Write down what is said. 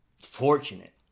fortunate